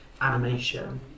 animation